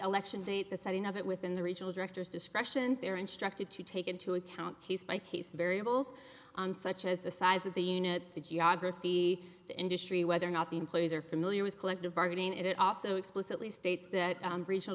election date the setting of it within the regional directors discretion they're instructed to take into account case by case variables such as the size of the unit to do abruzzi the industry whether or not the employees are familiar with collective bargaining it also explicitly states that regional